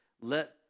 Let